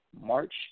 March